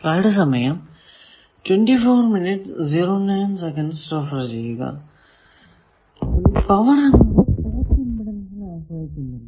അപ്പോൾ ഈ പവർ എന്നത് പോർട്ട് ഇമ്പിഡൻസിനെ ആശ്രയിക്കുന്നില്ല